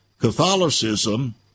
Catholicism